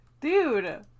Dude